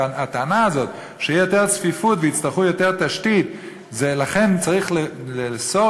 הטענה הזאת שתהיה יותר צפיפות ויצטרכו יותר תשתית ולכן צריך לאסור